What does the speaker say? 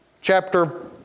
chapter